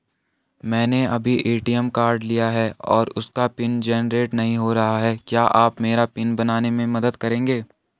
मैंने अभी ATM card लिया है और उसका पिन जेनरेट नहीं हो रहा है क्या आप मेरा पिन बनाने में मदद करेंगे?